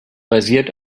basiert